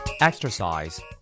Exercise